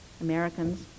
Americans